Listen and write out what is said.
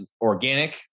organic